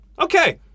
Okay